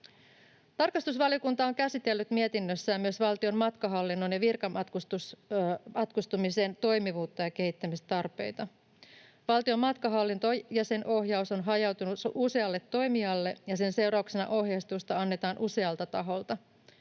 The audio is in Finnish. Tarkastusvaliokunta on käsitellyt mietinnössään myös valtion matkahallinnon ja virkamatkustamisen toimivuutta ja kehittämistarpeita. Valtion matkahallinto ja sen ohjaus on hajautunut usealle toimijalle, ja sen seurauksena ohjeistusta annetaan usealta taholta.